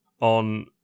on